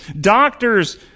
Doctors